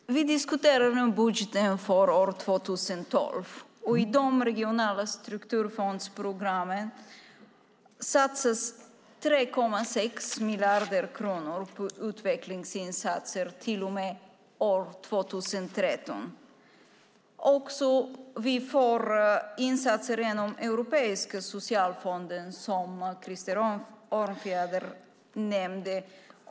Fru talman! Vi diskuterar nu budgeten för 2012. I de regionala strukturfondsprogrammen satsas 3,6 miljarder på utvecklingsinsatser år 2013. Vi får också insatser genom europeiska socialfonden, som Krister Örnfjäder nämnde.